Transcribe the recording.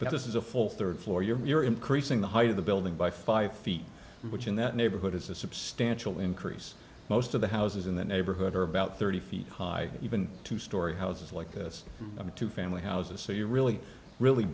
but this is a full third floor you're increasing the height of the building by five feet which in that neighborhood is a substantial increase most of the houses in the neighborhood are about thirty feet high even two story houses like this two family houses so you really really